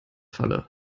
falle